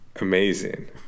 amazing